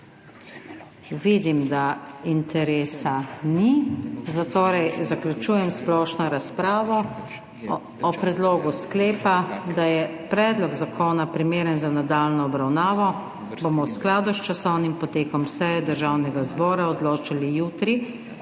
Vidim, da interesa ni. Zatorej zaključujem splošno razpravo. O predlogu sklepa, da je predlog zakona primeren za nadaljnjo obravnavo, bomo v skladu s časovnim potekom seje Državnega zbora odločali jutri,